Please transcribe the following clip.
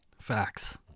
Facts